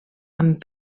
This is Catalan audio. amb